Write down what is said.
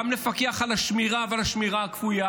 גם לפקח על השמירה ועל השמירה הכפויה